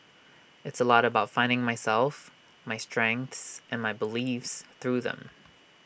it's A lot about finding myself my strengths and my beliefs through them